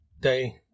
day